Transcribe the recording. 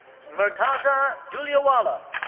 murtaza duhliawala.